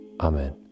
Amen